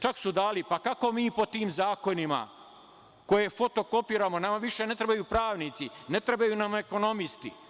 Čak su dali, pa kako mi po tim zakonima koje fotokopiramo, nama više ne trebaju pravnici, ne trebaju nam ekonomisti.